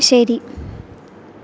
ശരി